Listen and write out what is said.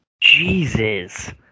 Jesus